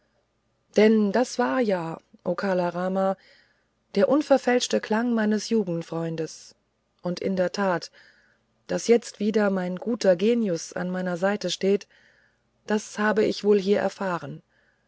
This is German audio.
denn das war ja o kala rama der unverfälschte klang meines jugendfreundes und in der tat daß jetzt wieder mein guter genius an meiner seite steht das habe ich wohl hier erfahren